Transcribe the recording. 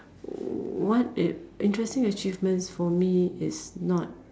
what it interesting achievements for me is not